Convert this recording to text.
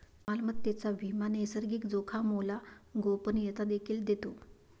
मालमत्तेचा विमा नैसर्गिक जोखामोला गोपनीयता देखील देतो